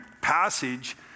passage